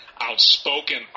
outspoken